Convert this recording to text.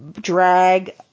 drag